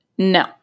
No